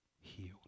healed